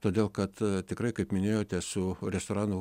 todėl kad tikrai kaip minėjote su restoranų